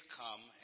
come